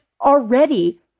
already